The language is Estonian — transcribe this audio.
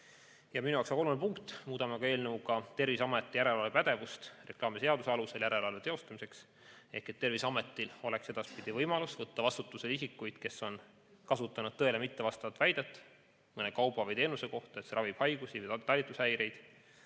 Minu jaoks on oluline punkt see, et me muudame eelnõuga Terviseameti järelevalvepädevust reklaamiseaduse alusel järelevalve teostamiseks. Ehk Terviseametil on edaspidi võimalus võtta vastutusele isikuid, kes on kasutanud tõele mittevastavat väidet mõne kauba või teenuse kohta, et see ravib haigusi või talitlushäireid.